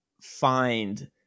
find